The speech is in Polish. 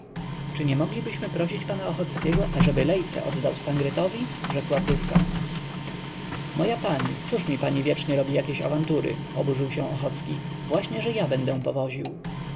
czy nie moglibyśmy prosić pana ochockiego ażeby lejce oddał stangretowi rzekła wdówka moja pani cóż mi pani wiecznie robi jakieś awantury oburzył się ochocki właśnie że ja będę powoził